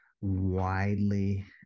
widely